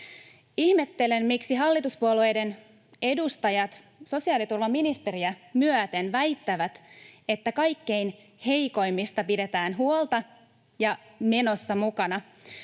Ihmettelen, miksi hallituspuolueiden edustajat sosiaaliturvaministeriä myöten väittävät, että kaikkein heikoimmista pidetään huolta ja heidät menossa mukana,